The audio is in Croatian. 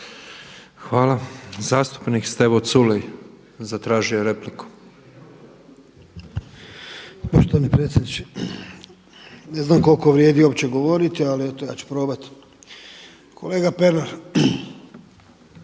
Hvala. Zastupnik Stevo Culej zatražio je repliku.